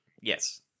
Yes